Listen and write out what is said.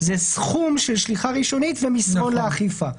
זה סכום של שליחה ראשונית ומסרון לאכיפה.